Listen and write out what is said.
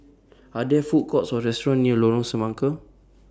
Are There Food Courts Or restaurants near Lorong Semangka